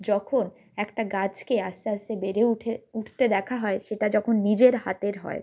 যখন একটা গাছকে আস্তে আস্তে বেড়ে উঠে উঠতে দেখা হয় সেটা যখন নিজের হাতের হয়